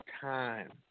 time